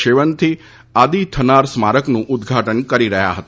શેવંતિ અદિથનાર સ્મારકનું ઉદઘાટન કરી રહ્યા હતા